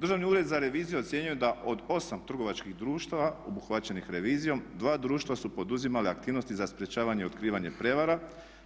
Državni ured za reviziju ocijenio je da od 8 trgovačkih društava obuhvaćenih revizijom dva društva su poduzimala aktivnosti za sprječavanje i otkrivanje prijevara